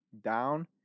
down